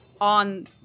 on